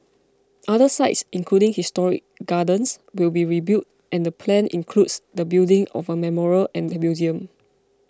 other sites including historic gardens will be rebuilt and the plan includes the building of a memorial and museum